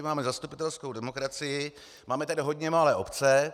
Máme zastupitelskou demokracii, máme tady hodně malé obce.